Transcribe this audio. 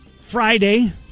Friday